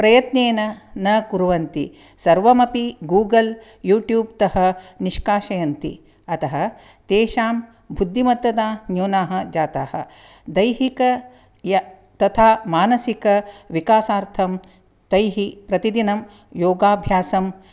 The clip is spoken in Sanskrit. प्रयत्नेन न कुर्वन्ति सर्वमपि गूगल् यूट्यूब् तः निष्कासयन्ति अतः तेषां बुद्धिमत्तता न्यूनाः जाताः दैहिक य तथा मानसिक विकासार्थं तैः प्रतिदिनं योगाभ्यासं